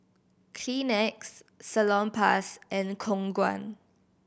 Kleenex Salonpas and Khong Guan